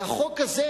והחוק הזה,